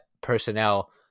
personnel